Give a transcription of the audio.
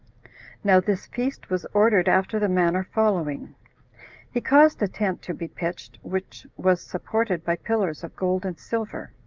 now this feast was ordered after the manner following he caused a tent to be pitched, which was supported by pillars of gold and silver,